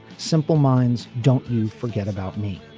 simple minds don't you forget about me.